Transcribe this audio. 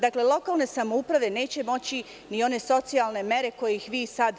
Dakle, lokalne samouprave neće moći ni one socijalne mere koje vi sada…